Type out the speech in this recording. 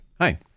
Hi